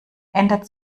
ändert